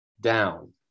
down